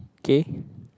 okay